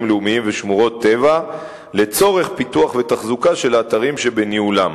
לאומיים ושמורות טבע לצורך פיתוח ותחזוקה של האתרים שבניהולה,